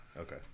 Okay